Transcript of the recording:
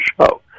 show